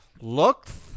Looks